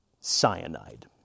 cyanide